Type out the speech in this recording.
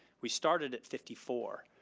we started at fifty four.